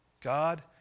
God